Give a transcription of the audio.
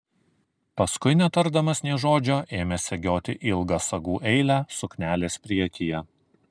paskui netardamas nė žodžio ėmė segioti ilgą sagų eilę suknelės priekyje